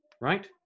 Right